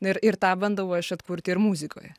ir ir tą bandau aš atkurti ir muzikoje